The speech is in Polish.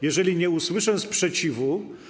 Jeżeli nie usłyszę sprzeciwu.